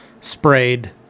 sprayed